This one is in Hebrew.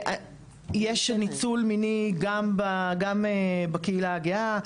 יש ניצול מיני גם בקהילה הגאה.